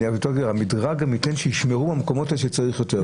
המדרג גם ייתן שישמרו במקומות שצריך לשמור יותר.